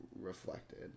Reflected